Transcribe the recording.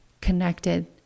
connected